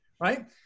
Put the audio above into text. Right